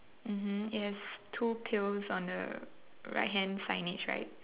mmhmm it has two pails on the right hand signage right